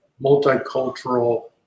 multicultural